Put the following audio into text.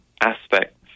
aspects